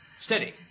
Steady